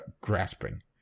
grasping